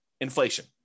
Inflation